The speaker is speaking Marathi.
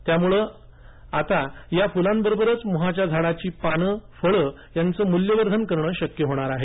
त्यामुळे आता या फुलाबरोबरच मोहाच्या झाडाची पानं फळं यांचं मूल्यवर्धन करणं शक्य होणार आहे